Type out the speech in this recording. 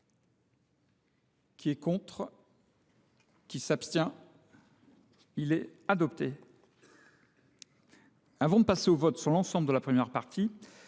qui est contre, qui s'abstient, il est adopté. Avant de passer au vote sur l'ensemble de la première partie,